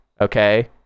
okay